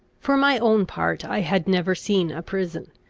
for my own part, i had never seen a prison,